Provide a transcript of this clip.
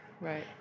Right